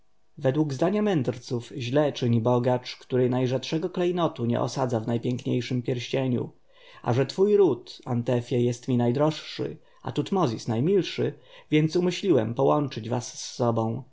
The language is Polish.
według zdania mędrców źle czyni bogacz który najdroższego klejnotu nie osadza w najpiękniejszy pierścień a że twój ród atnefie jest mi najdroższy a tutmozis najmilszy więc umyśliłem połączyć was